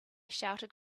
shouted